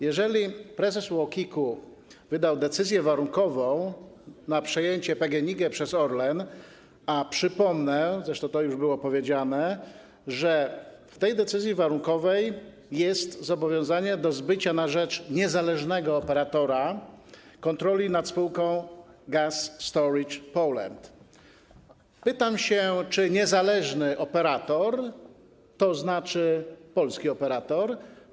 Jeżeli prezes UOKiK-u wydał decyzję warunkową na przejęcie PGNiG przez Orlen, a przypomnę, zresztą to już było powiedziane, że w tej decyzji warunkowej jest zobowiązanie do zbycia na rzecz niezależnego operatora kontroli nad spółką Gas Storage Poland, to pytam: Czy niezależny operator oznacza polskiego operatora?